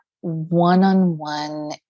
one-on-one